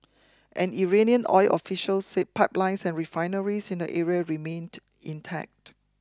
an Iranian oil official said pipelines and refineries in the area remained intact